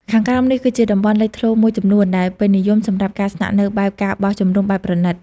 ខាងក្រោមនេះ គឺជាតំបន់លេចធ្លោមួយចំនួនដែលពេញនិយមសម្រាប់ការស្នាក់នៅបែប ការបោះជំរំបែបប្រណីត៖